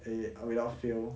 eh without fail